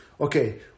Okay